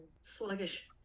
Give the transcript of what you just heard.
sluggish